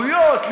מעורבויות,